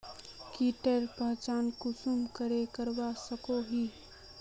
कीटेर पहचान कुंसम करे करवा सको ही?